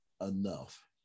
enough